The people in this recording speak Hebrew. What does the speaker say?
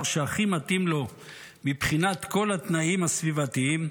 שהכי מתאים לו מבחינת כל התנאים הסביבתיים,